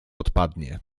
odpadnie